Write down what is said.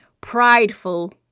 prideful